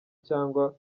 cyangwa